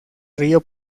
río